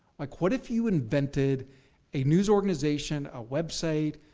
like what if you invented a news organization, a website,